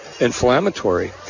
inflammatory